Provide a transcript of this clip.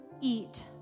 eat